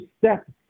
step